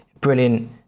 brilliant